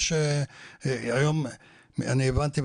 היום אני הבנתי,